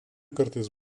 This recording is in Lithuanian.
kartais